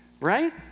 right